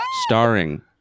Starring